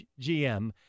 GM